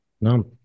No